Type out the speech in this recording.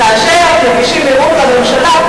כאשר מגישים ערעור לממשלה,